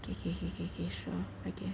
K K K K K sure I guess